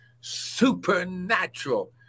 supernatural